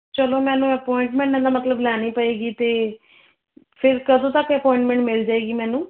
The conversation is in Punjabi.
ਚਲੋ ਮੈਨੂੰ ਐਪੋਆਇੰਟਮੈਂਟ ਦਾ ਮਤਲਬ ਲੈਣੀ ਪਵੇਗੀ ਅਤੇ ਫਿਰ ਕਦੋਂ ਤੱਕ ਐਪੋਆਇੰਟਮੈਂਟ ਮਿਲ ਜਾਵੇਗੀ ਮੈਨੂੰ